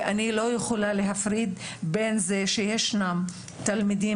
ואני לא יכולה להפריד בין זה שישנם תלמידים